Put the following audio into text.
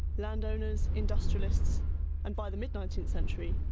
landowners, industrialists and, by the mid nineteenth century,